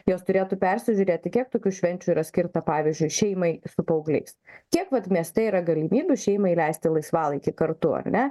jos turėtų persižiūrėti kiek tokių švenčių yra skirta pavyzdžiui šeimai su paaugliais kiek vat mieste yra galimybių šeimai leisti laisvalaikį kartu ar ne